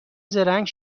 زرنگ